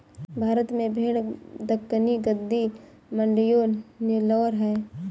भारत में भेड़ दक्कनी, गद्दी, मांड्या, नेलोर है